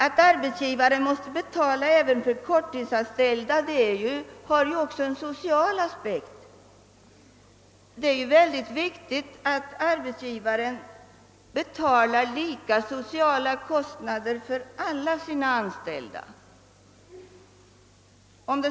Att arbetsgivaren måste betala även för korttidsanställda har ju också en social aspekt, ty det är synnerligen viktigt att arbetsgivaren betalar lika stora sociala avgifter för alla sina anställda.